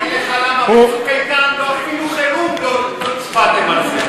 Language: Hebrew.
אני אגיד לך למה: ב"צוק איתן" אפילו חירום לא הצבעתם על זה.